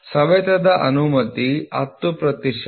ಸವೆತದ ಅನುಮತಿ 10 ಪ್ರತಿಶತ